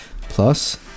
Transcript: Plus